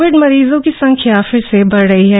Covid मरीजों की संख्यो फिर से बढ़ रही है